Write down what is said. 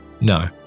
No